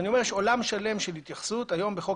יש עולם שלם של התייחסות היום בחוק